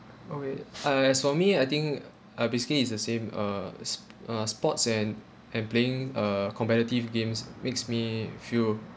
okay I as for me I think uh basically it's the same uh s~ uh sports and and playing uh competitive games makes me feel